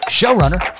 showrunner